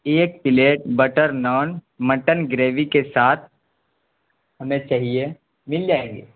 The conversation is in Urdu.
ایک plate butter naan mutton gravy کے ساتھ ہمیں چاہیے مل جائے گی